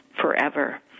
forever